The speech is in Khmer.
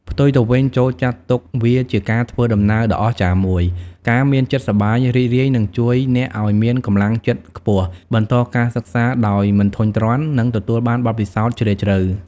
ផ្ទុយទៅវិញ ចូរចាត់ទុកវាជាការធ្វើដំណើរដ៏អស្ចារ្យមួយ។ ការមានចិត្តសប្បាយរីករាយនឹងជួយអ្នកឱ្យ មានកម្លាំងចិត្តខ្ពស់ បន្តការសិក្សាដោយមិនធុញទ្រាន់ និងទទួលបានបទពិសោធន៍ជ្រាលជ្រៅ។